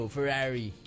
Ferrari